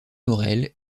morel